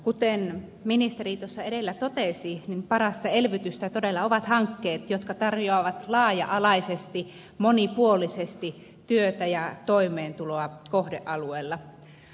kuten ministeri tuossa edellä totesi parasta elvytystä todella ovat hankkeet jotka tarjoavat laaja alaisesti monipuolisesti työtä ja toimeentuloa kohdealueella